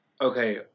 okay